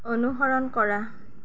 অনুসৰণ কৰা